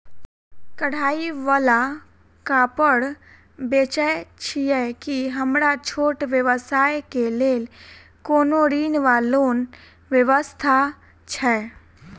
कढ़ाई वला कापड़ बेचै छीयै की हमरा छोट व्यवसाय केँ लेल कोनो ऋण वा लोन व्यवस्था छै?